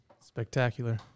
Spectacular